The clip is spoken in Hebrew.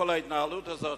כל ההתנהלות הזאת,